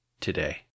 today